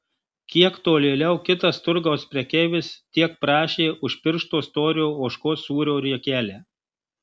kiek tolėliau kitas turgaus prekeivis tiek prašė už piršto storio ožkos sūrio riekelę